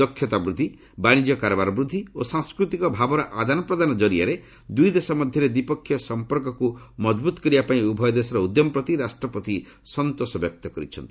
ଦକ୍ଷତା ବୃଦ୍ଧି ବାଣିଜ୍ୟ କାରବାର ବୃଦ୍ଧି ଓ ସାଂସ୍କୃତିକ ଭାବର ଆଦାନ ପ୍ରଦାନ ଜରିଆରେ ଦୁଇଦେଶ ମଧ୍ୟରେ ଦ୍ୱିପକ୍ଷୀୟ ସଫପର୍କକୁ ମଜବୁତ କରିବା ପାଇଁ ଉଭୟ ଦେଶର ଉଦ୍ୟମ ପ୍ରତି ରାଷ୍ଟ୍ରପତି ସନ୍ତୋଷ ବ୍ୟକ୍ତ କରିଛନ୍ତି